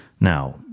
Now